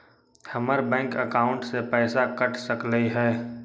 हमर bank account से पैसा कट सकलइ ह?